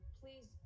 please